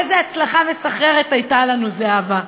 איזו הצלחה מסחררת הייתה לנו, זהבה.